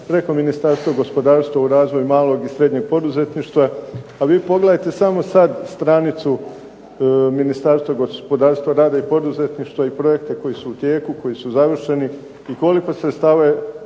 preko Ministarstva gospodarstva u razvoju malog i srednjeg poduzetništva. A vi pogledajte samo sada stranicu Ministarstva gospodarstva, rada i poduzetništva i projekte koji su u tijeku, koji su završeni i koliko sredstava